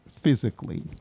physically